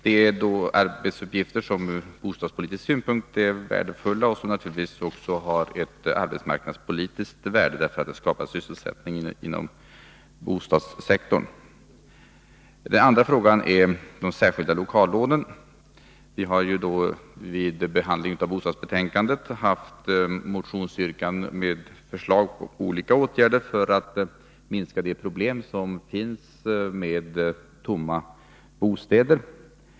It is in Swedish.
Här rör det sig om saker som är värdefulla från bostadspolitisk synpunkt. Naturligtvis har det också ett arbetsmarknadspolitiskt värde, eftersom det skapar sysselsättning inom bostadssektorn. Den andra frågan gäller de särskilda lokallånen. I bostadsbetänkandet behandlade vi motioner med förslag på olika åtgärder för att minska de problem som finns med tomma bostäder.